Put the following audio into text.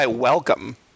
welcome